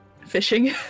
...fishing